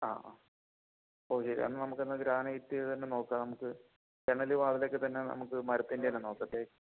ആ ആ ഓ ശെരിയെന്നാൽ നമുക്കെന്നാൽ ഗ്രാനൈറ്റ് തന്നെ നോക്കാം നമുക്ക് ജനലും വാതിലുമൊക്കെ തന്നെ നമുക്ക് മരത്തിൻ്റെ തന്നെ നോക്കാം തേക്ക്